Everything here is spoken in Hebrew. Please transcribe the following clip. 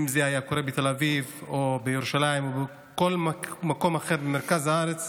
אם זה היה קורה בתל אביב או בירושלים או בכל מקום אחר במרכז הארץ,